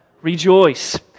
Rejoice